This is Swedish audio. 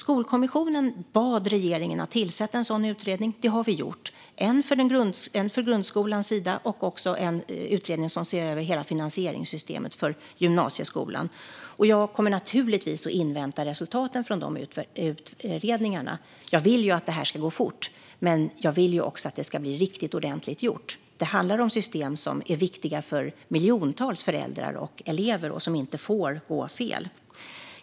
Skolkommissionen bad regeringen att tillsätta en sådan utredning. Det har vi gjort. Det är en utredning för grundskolan och en utredning där man ser över hela finansieringssystemet för gymnasieskolan. Jag kommer naturligtvis att invänta resultaten av de utredningarna. Jag vill att detta ska gå fort, men jag vill också att det ska bli riktigt ordentligt gjort. Det handlar om system som är viktiga för miljontals föräldrar och elever och som inte får gå fel.